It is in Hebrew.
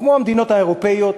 כמו המדינות האירופיות,